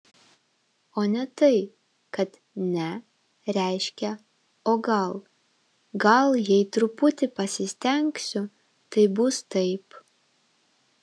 o ne tai kad ne reiškia o gal gal jei truputį pasistengsiu tai bus taip